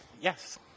Yes